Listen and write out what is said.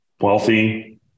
wealthy